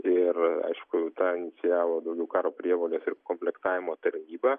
ir aišku tą inicijavo daugiau karo prievolės ir komplektavimo tarnyba